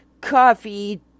coffee